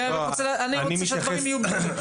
אני רוצה שהדברים יהיו ברורים.